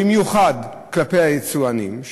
במיוחד כלפי היצואנים,